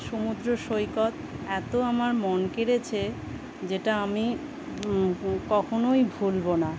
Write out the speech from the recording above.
সমুদ্র সৈকত এত আমার মন কেড়েছে যেটা আমি কখনোই ভুলব না